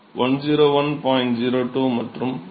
148 என இருக்கும்